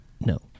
No